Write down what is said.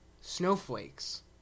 snowflakes